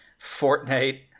Fortnite